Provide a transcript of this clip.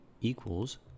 equals